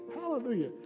Hallelujah